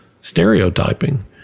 stereotyping